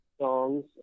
songs